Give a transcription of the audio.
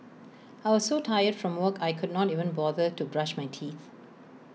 I was so tired from work I could not even bother to brush my teeth